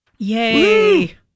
Yay